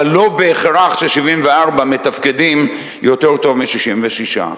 אבל לא בהכרח 74 מתפקדים יותר טוב מ-66.